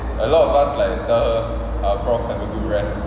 a lot of us like tell her uh prof have a good rest